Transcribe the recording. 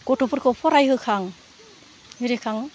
गथ'फोरखौ फरायहोखां आरिखां